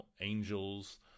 angels